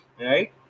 Right